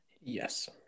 yes